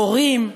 הורים,